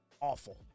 awful